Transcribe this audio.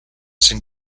sind